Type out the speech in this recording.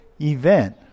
event